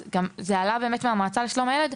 שגם עלה מהדברים של המועצה לשלום הילד,